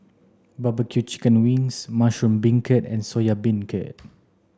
barbecue chicken wings mushroom beancurd and soya beancurd